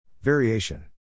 Variation